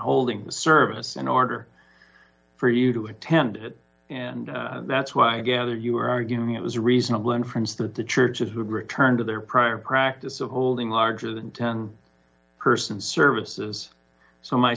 holding the service in order for you to attend and that's why i gather you are arguing it was a reasonable inference that the churches would return to their prior practice of holding larger than ten person services so